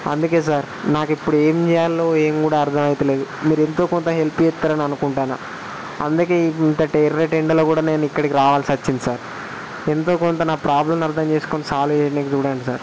అందుకే సార్ నాకు ఇప్పుడు ఏం చేయాలో ఏం కూడా అర్థమవడం లేదు మీరు ఎంతో కొంత హెల్ప్ చేస్తారని అనుకుంటున్నా అందుకే ఇంతటి ఎర్రటి ఎండల కూడా నేను ఇక్కడికి రావాల్సి వచ్చింది సార్ ఎంతో కొంత నా ప్రాబ్లంని అర్థం చేసుకుని సాల్వ్ చేయడానికి చూడండి సార్